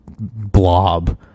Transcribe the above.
blob